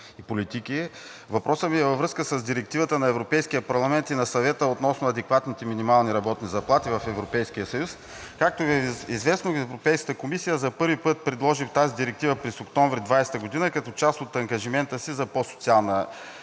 въпросът ми е във връзка с Директивата на Европейския парламент и на Съвета относно адекватните минимални работни заплати в Европейския съюз. Както Ви е известно, Европейската комисия за първи път предложи тази директива през октомври 2020 г. като част от ангажимента си за по-социална Европа.